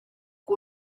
que